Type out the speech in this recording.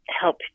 help